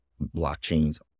blockchains